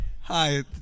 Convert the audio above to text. Hi